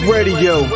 Radio